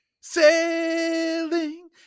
Sailing